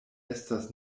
estas